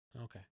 Okay